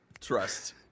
Trust